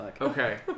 Okay